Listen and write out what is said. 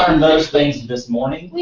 um those things this morning. we